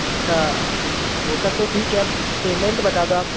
अच्छा वह सब तो ठीक है अब पेमेंट बता दो आप